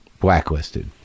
blacklisted